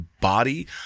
body